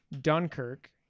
Dunkirk